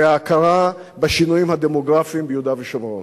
וההכרה בשינויים הדמוגרפיים ביהודה ושומרון.